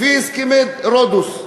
לפי הסכמי רודוס.